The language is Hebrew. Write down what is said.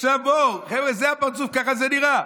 עכשיו בואו, חבר'ה, זה הפרצוף, ככה זה נראה.